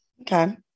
okay